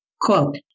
Quote